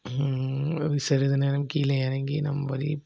ஒரு சிறிது நேரம் கீழே இறங்கி நம் வலி